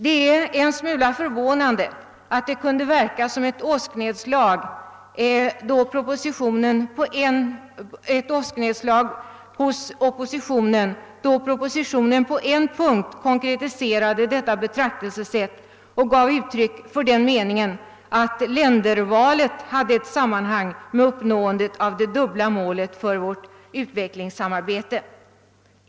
Det är en smula förvånande att det kunde verka som ett åsknedslag på oppositionen då propositionen på en punkt konkretiserade detta betraktelsesätt och gav uttryck för den meningen, att ländervalet hade ett sammanhang med uppnåendet av det dubbla målet för vårt utvecklingssamarbete.